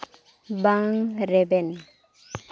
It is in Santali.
ᱵᱟᱝ ᱨᱮᱵᱮᱱ